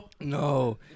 No